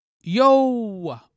Yo